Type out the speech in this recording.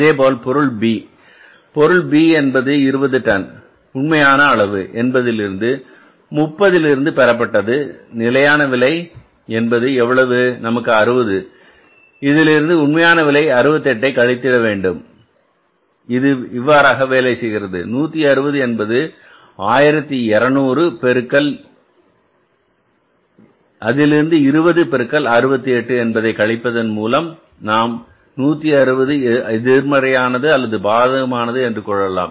இதேபோல் பொருள் B கணக்கிட முடியும் பொருள் B என்பது 20 டன் உண்மையான அளவு என்பது முப்பதிலிருந்து பெறப்பட்டது நிலையான விலை என்பது எவ்வளவு நமக்கு ரூபாய் 60 இதிலிருந்து உண்மையான விலை 68 கழித்திட வேண்டும் இது இவ்வாறாக வேலை செய்கிறது 160 என்பது 1200 அதிலிருந்து 20 பெருக்கல் 68 என்பதை கழிப்பதன் மூலம் நாம் 160 எதிர்மறையானது அல்லது பாதகமானது என்று கொள்ளலாம்